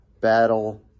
battle